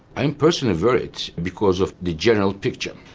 i am personally worried because of the general picture.